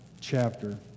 chapter